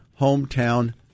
hometown